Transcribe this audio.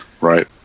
right